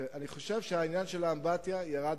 אני חושב שהעניין של האמבטיה ירד